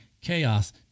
chaos